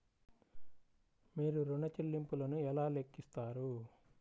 మీరు ఋణ ల్లింపులను ఎలా లెక్కిస్తారు?